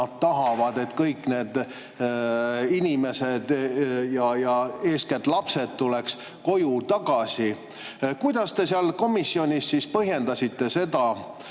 tahavad, et kõik need inimesed ja eeskätt lapsed läheks koju tagasi. Kuidas te komisjonis siis põhjendasite,